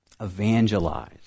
evangelize